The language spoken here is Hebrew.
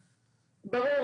ברור.